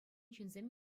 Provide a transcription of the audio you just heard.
ҫынсем